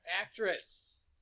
Actress